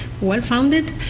well-founded